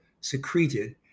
secreted